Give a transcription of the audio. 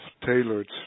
tailored